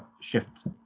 shift